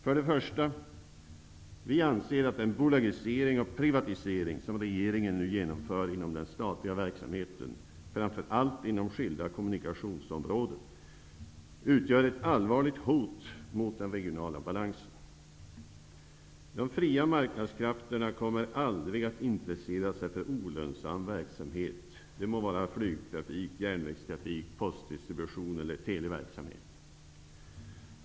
För det första: Vi anser att den bolagisering och privatisering som regeringen nu genomför inom den statliga verksamheten, framför allt inom skilda kommunikationsområden, utgör ett allvarligt hot mot den regionala balansen. De fria marknadskrafterna kommer aldrig att intressera sig för olönsam verksamhet, det må vara flygtrafik, järnvägstrafik, postdistribution eller televerksamhet.